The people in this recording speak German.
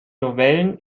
novellen